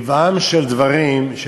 טבעם של דברים,